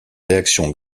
réaction